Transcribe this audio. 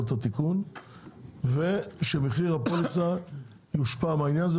התיקון ושמחיר הפוליסה יושפע מהעניין הזה,